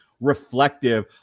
reflective